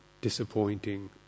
disappointing